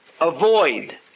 avoid